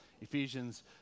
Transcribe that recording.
Ephesians